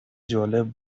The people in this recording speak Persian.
جالب